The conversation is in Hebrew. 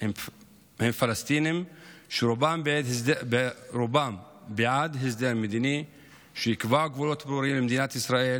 הם פלסטינים שרובם בעד הסדר מדיני שיקבע גבולות ברורים למדינת ישראל